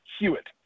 Hewitt